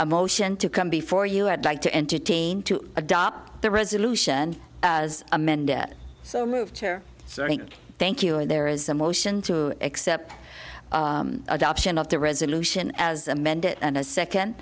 a motion to come before you i'd like to entertain to adopt the resolution as amended so moved here thank you and there is a motion to accept adoption of the resolution as amended and a second